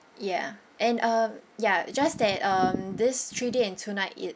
ya and uh ya just that um this three day and two night it